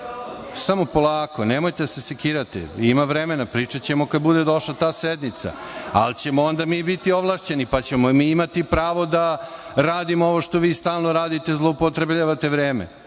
polako. Nemojte se sekirati. Ima vremena, pričaćemo kada bude došla ta sednica, ali ćemo onda mi biti ovlašćeni pa ćemo i mi imati pravo da radimo ovo što vi stalno radite – zloupotrebljavate vreme.